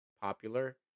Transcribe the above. popular